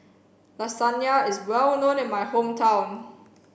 Lasagna is well known in my hometown